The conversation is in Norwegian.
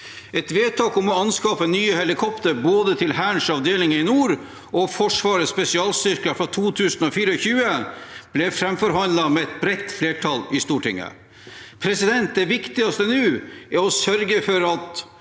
Et vedtak om å anskaffe nye helikoptre, både til Hærens avdelinger i nord og til Forsvarets spesialstyrker fra 2024, ble framforhandlet med et bredt flertall i Stortinget. Det viktigste nå er å sørge for at